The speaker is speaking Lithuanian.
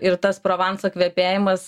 ir tas provanso kvepėjimas